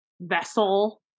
vessel